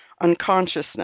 unconsciousness